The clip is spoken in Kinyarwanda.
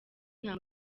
nta